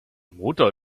motor